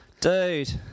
Dude